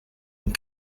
and